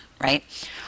right